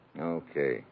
Okay